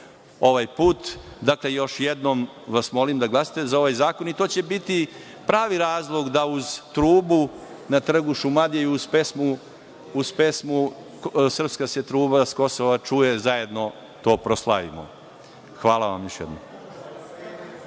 ovaj put. Dakle, još jednom vas molim da glasate za ovaj zakon i to će biti pravi razlog da uz trubu na trgu Šumadije i uz pesmu „Srpska se truba sa Kosova čuje“ zajedno to proslavimo. Hvala vam još jednom.